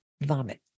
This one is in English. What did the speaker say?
vomit